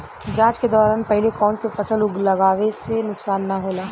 जाँच के दौरान पहिले कौन से फसल लगावे से नुकसान न होला?